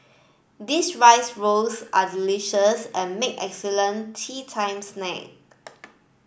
these rice rolls are delicious and make excellent teatime snack